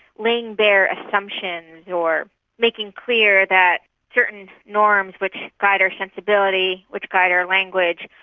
laying bare assumptions or making clear that certain norms which guide our sensibility, which guide our language,